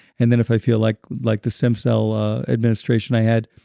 and then if i feel like like the stem cell administration i had,